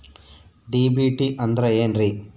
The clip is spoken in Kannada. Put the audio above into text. ಡಿ.ಬಿ.ಟಿ ಅಂದ್ರ ಏನ್ರಿ?